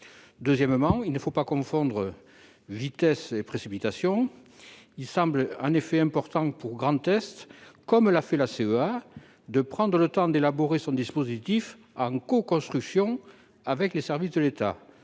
Ensuite, il ne faut pas confondre vitesse et précipitation ... Il semble en effet important pour la région Grand Est, comme l'a fait la CEA, de prendre le temps d'élaborer son dispositif en coconstruction avec les services de l'État.